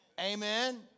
Amen